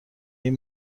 این